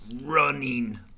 running